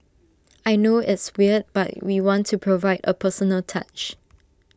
I know it's weird but we want to provide A personal touch